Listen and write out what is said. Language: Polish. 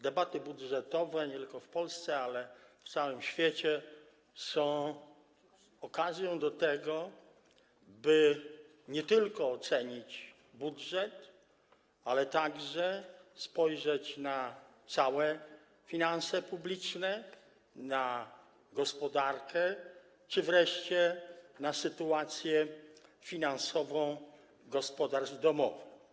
Debaty budżetowe nie tylko w Polsce, ale na całym świecie są okazją do tego, by nie tylko ocenić budżet, ale także spojrzeć na całe finanse publiczne, na gospodarkę czy wreszcie na sytuację finansową gospodarstw domowych.